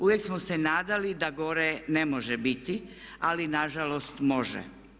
Uvijek smo se nadali da gore ne može biti ali nažalost može.